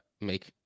make